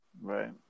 Right